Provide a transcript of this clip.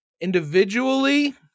Individually